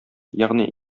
ягъни